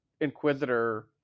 Inquisitor